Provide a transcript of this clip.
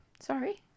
Sorry